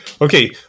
Okay